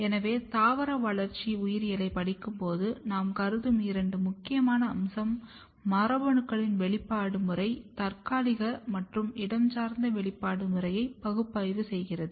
எனவே தாவர வளர்ச்சி உயிரியலைப் படிக்கும்போது நாம் கருதும் இரண்டு மிக முக்கியமான அம்சம் மரபணுக்களின் வெளிப்பாடு முறை தற்காலிக மற்றும் இடஞ்சார்ந்த வெளிப்பாடு முறையை பகுப்பாய்வு செய்கிறது